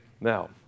now